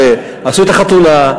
שעשו את החתונה,